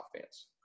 fans